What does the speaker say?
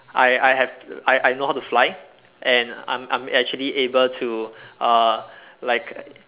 I I have I I know how to fly and I'm I'm actually able to uh like